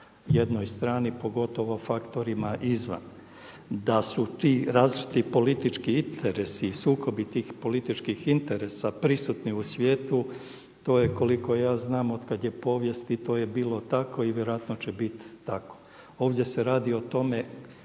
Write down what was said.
jednoj strani pogotovo faktorima izvan. Da su ti različiti politički interesi i sukobi tih političkih interesa prisutni u svijetu to je koliko ja znam od kad je povijesti to je bilo tako i vjerojatno će bit tako. Ovdje se radi o tome